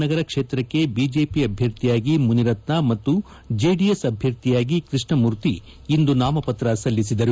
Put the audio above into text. ನಗರ ಕ್ಷೇತ್ರಕ್ಕೆ ಬಿಜೆಪಿ ಅಭ್ಯರ್ಥಿಯಾಗಿ ಮುನಿರತ್ನ ಮತ್ತು ಜೆಡಿಎಸ್ ಅಭ್ಯರ್ಥಿಯಾಗಿ ಕೃಷ್ಣಮೂರ್ತಿ ಇಂದು ನಾಮಪತ್ರ ಸಲ್ಲಿಸಿದರು